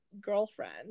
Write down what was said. girlfriend